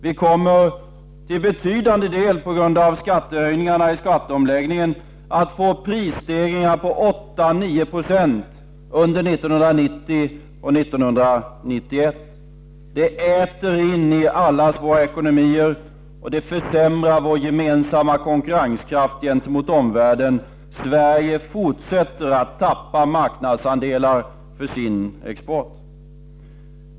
Vi kommer - till betydande del på grund av skattehöjningarna i skatteomläggningen — att få prisstegringar på 8-9 26 under 1990 och 1991. Det äter in i allas våra ekonomier, och det försämrar vår gemensamma konkurrenskraft mot omvärlden. Sverige fortsätter att tappa marknadsandelar för sin export.